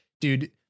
Dude